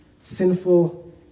sinful